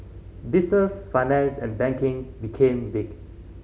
business finance and banking became big